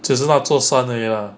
只是那座山而已 lah